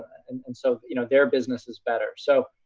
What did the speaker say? and and so you know their business is better. so,